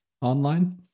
online